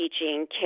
teaching